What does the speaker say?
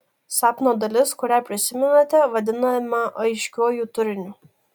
sapno dalis kurią prisimenate vadinama aiškiuoju turiniu